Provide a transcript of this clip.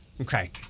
Okay